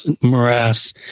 morass